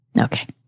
Okay